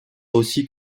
aussi